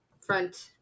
front